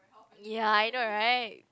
ya I know right